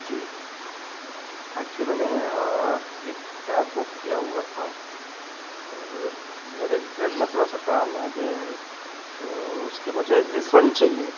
जी actually मैंने एक cab book किया हुआ था पर मेरे घर में थोड़ा सा काम आ गया है तो उसकी मुझे रिफंड चहिए